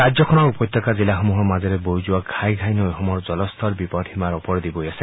ৰাজ্যখনৰ উপত্যকা জিলাসমূহৰ মাজেৰে বৈ যোৱা ঘাই ঘাই নৈসমূহৰ জলস্তৰ বিপদসীমাৰ ওপৰেদি বৈ আছে